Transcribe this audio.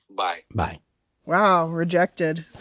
bye bye wow, rejected.